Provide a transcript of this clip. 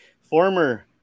former